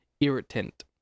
irritant